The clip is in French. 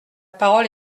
parole